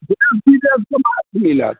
तऽ मिलत